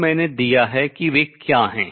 जो मैंने दिया कि वे क्या हैं